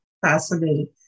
fascinating